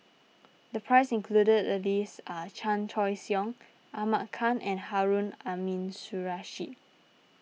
the price included the list are Chan Choy Siong Ahmad Khan and Harun Aminurrashid